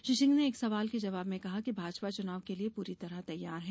श्री सिंह ने एक सवाल के जवाब में कहा कि भाजपा चुनाव के लिये पूरी तरह तैयार है